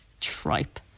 tripe